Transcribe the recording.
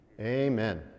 Amen